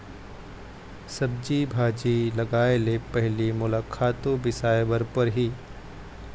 सब्जी भाजी लगाए ले पहिली मोला खातू बिसाय बर परही